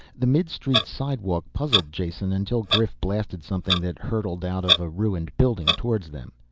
the midstreet sidewalk puzzled jason until grif blasted something that hurtled out of a ruined building towards them.